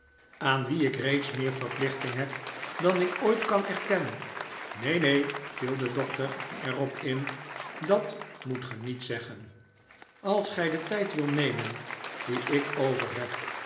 aan wien ik reeds meer verplichting heb dan ik ooit kan erken neen neen viel de doctor er op in dat moet ge niet zeggen als gij den tijd wilt nemen dien ik over heb